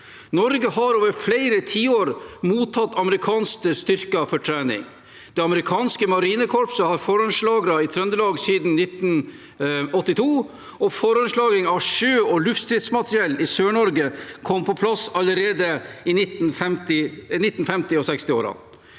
Norge har over flere tiår mottatt amerikanske styrker for trening. Det amerikanske marinekorpset har hatt forhåndslagre i Trøndelag siden 1982, og forhåndslagring av sjø- og luftstridsmateriell i Sør-Norge kom på plass allerede i 1950- og 1960-årene.